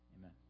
Amen